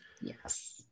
yes